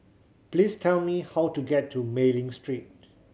please tell me how to get to Mei Ling Street